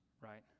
right